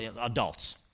adults